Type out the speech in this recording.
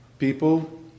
people